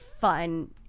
fun